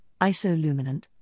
isoluminant